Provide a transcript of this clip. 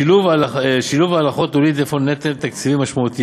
שילוב ההלכות הוליד אפוא נטל תקציבי משמעותי,